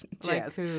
jazz